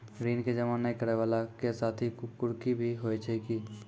ऋण के जमा नै करैय वाला के साथ कुर्की भी होय छै कि?